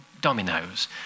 dominoes